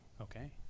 Okay